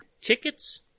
Tickets